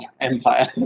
empire